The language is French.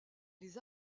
les